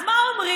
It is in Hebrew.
אז מה אומרים?